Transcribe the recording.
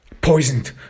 poisoned